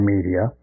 Media